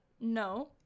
No